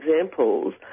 examples